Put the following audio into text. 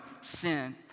sin